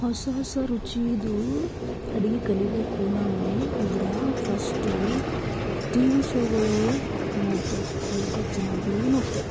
ಹೊಸ ಹೊಸ ರುಚೀದು ಅಡುಗಿ ಕಲಿಬೇಕು ನಾವು ಅಂದರ ಫಶ್ಟು ಟಿ ವಿ ಶೋಗಳು ನೋಡ್ತೆವು ಯೂಟ್ಯೂಬ್ ಚನಲ್ ಬೀ ನೋಡ್ತೆ